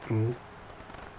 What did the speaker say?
mmhmm